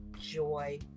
joy